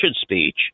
speech